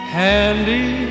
handy